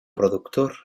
productor